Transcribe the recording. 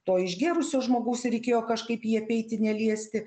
to išgėrusio žmogaus ir reikėjo kažkaip jį apeiti neliesti